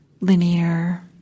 linear